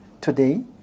today